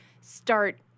start